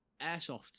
Airsoft